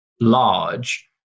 large